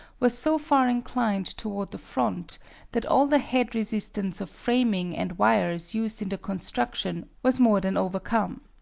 was so far inclined toward the front that all the head resistance of framing and wires used in the construction was more than overcome.